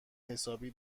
حسابی